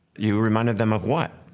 you reminded them of what?